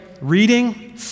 reading